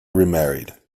remarried